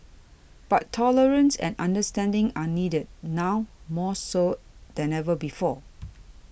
but tolerance and understanding are needed now more so than ever before